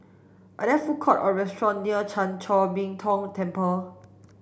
are there food court or restaurant near Chan Chor Min Tong Temple